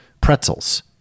pretzels